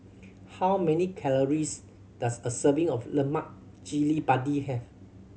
how many calories does a serving of lemak cili padi have